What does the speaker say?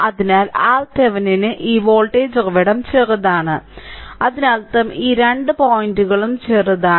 അതിനാൽ RThevenin ന് ഈ വോൾട്ടേജ് ഉറവിടം ചെറുതാണ് അതിനർത്ഥം ഈ രണ്ട് പോയിന്റുകളും ചെറുതാണ്